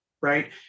right